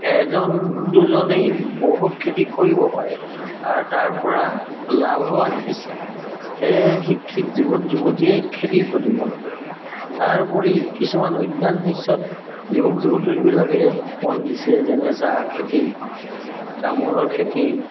এজন দুজনেই বহুত খেতি কৰিব পাৰে আৰু তাৰ পৰা লাভৱান হৈছে সেয়েহে শিক্ষিত যুৱক যুৱতীয়ে খেতিৰ প্ৰতি তাৰোপৰি কিছুমান উদ্যান শস্যত যুৱক যুৱতীবিলাকে মন দিছে যেনে চাহ খেতি তামোলৰ খেতি